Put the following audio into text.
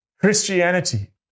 Christianity